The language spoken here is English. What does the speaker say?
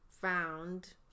found